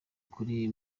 kuri